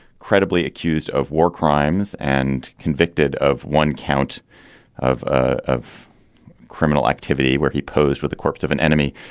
credibly accused of war crimes and convicted of one count of ah of criminal activity where he posed with a corpse of an enemy,